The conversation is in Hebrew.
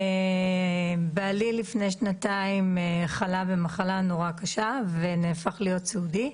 בעלי לפני שנתיים חלה במחלה מאוד קשה ונהפך להיות סיעודי.